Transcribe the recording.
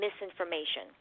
misinformation